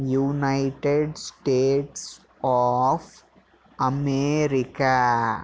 United States of America